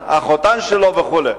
מהחתן שלו וכו'.